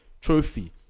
trophy